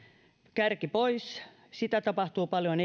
kärki pois tätä tapahtuu paljon